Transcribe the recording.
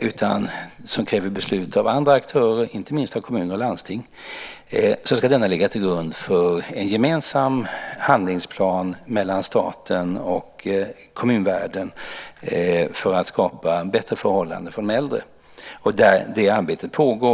utan som kräver beslut av andra aktörer, inte minst kommuner och landsting, ska ligga till grund för en gemensam handlingsplan för staten och kommunvärlden för att skapa bättre förhållanden för de äldre. Det arbetet pågår.